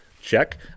check